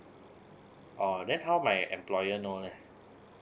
oh then how my employer know leh